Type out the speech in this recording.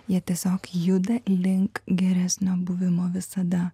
jie tiesiog juda link geresnio buvimo visada